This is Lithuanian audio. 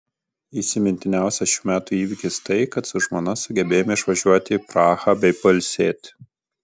įsimintiniausias šių metų įvykis tai kad su žmona sugebėjome išvažiuoti į prahą bei pailsėti